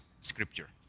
scripture